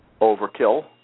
overkill